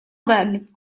then